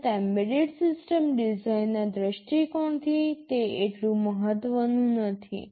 અલબત્ત embedded system ડિઝાઇનના દૃષ્ટિકોણથી તે એટલું મહત્વનું નથી